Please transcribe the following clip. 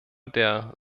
der